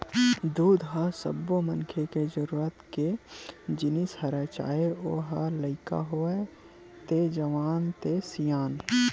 दूद ह सब्बो मनखे के जरूरत के जिनिस हरय चाहे ओ ह लइका होवय ते जवान ते सियान